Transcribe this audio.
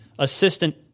assistant